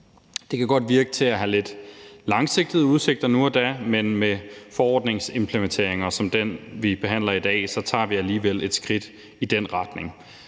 Det kan godt virke til at have lidt lange udsigter nu og da, men med forordningsimplementeringer som den, vi behandler i dag, tager vi alligevel et skridt i den retning